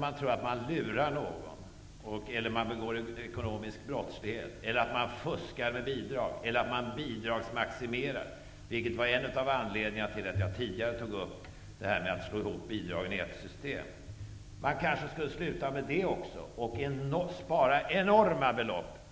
Man tror att man lurar någon och begår ett ekonomiskt brott eller fuskar med bidrag och bidragsmaximeras. Det var en av anledningarna till att jag tidigare tog upp detta att slå ihop bidragen i ett system. Man kanske skulle sluta med det också och få loss enorma belopp,